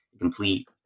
complete